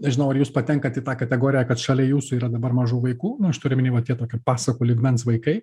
nežinau ar jūs patenkat į tą kategoriją kad šalia jūsų yra dabar mažų vaikų nu aš turiu omeny va tie toki pasakų lygmens vaikai